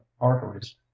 arteries